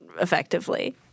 effectively